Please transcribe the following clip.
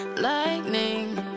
Lightning